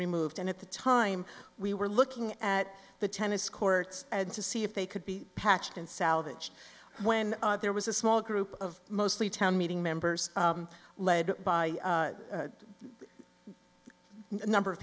removed and at the time we were looking at the tennis courts and to see if they could be patched and salvage when there was a small group of mostly town meeting members led by a number of